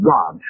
God